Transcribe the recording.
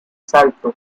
salto